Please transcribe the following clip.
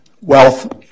wealth